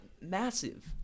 massive